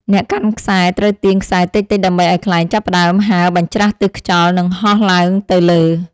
អ្នកកាន់ខ្សែត្រូវទាញខ្សែតិចៗ ដើម្បីឱ្យខ្លែងចាប់ផ្ដើមហើរបញ្ច្រាសទិសខ្យល់ និងហោះឡើងទៅលើ។